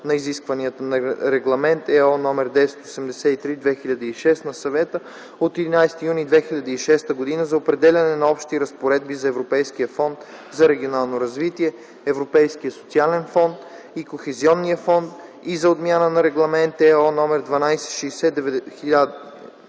на изискванията на Регламент (ЕО) № 1083/2006 на Съвета от 11 юли 2006 г. за определяне на общи разпоредби за Европейския фонд за регионално развитие, Европейския социален фонд и Кохезионния фонд и за отмяна на Регламент (ЕО) № 1260/1999,